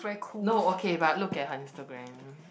no okay but look at her instagram